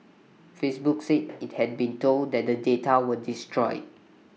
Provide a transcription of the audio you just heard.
Facebook said IT had been told that the data were destroyed